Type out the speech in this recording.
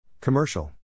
Commercial